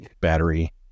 battery